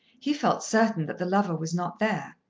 he felt certain that the lover was not there.